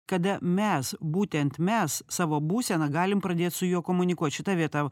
kada mes būtent mes savo būseną galim pradėt su juo komunikuot šita vieta